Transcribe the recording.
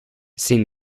sin